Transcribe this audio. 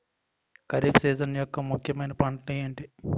Kharif season యెక్క ముఖ్యమైన పంటలు ఏమిటీ?